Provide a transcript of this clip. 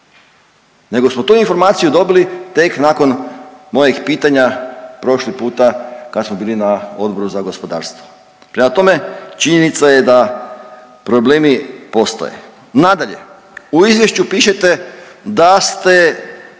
nego smo tu informaciju dobili tek nakon mojih pitanja prošli puta kad smo bili na Odboru za gospodarstvo. Prema tome činjenica je da problemi postoje. Nadalje, u izvješću pišete da ste